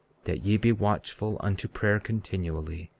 that ye be watchful unto prayer continually,